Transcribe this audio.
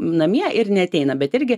namie ir neateina bet irgi